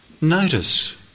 notice